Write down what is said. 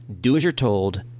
do-as-you're-told